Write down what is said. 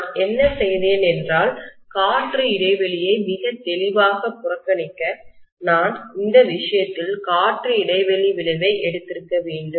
நான் என்ன செய்தேன் என்றால் காற்று இடைவெளியை மிக தெளிவாக புறக்கணிக்க நான் இந்த விஷயத்தில் காற்று இடைவெளி விளைவை எடுத்திருக்க வேண்டும்